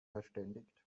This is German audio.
verständigt